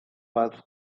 was